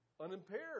unimpaired